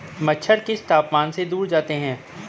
मच्छर किस तापमान से दूर जाते हैं?